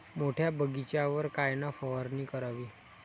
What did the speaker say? मोठ्या बगीचावर कायन फवारनी करावी?